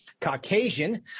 Caucasian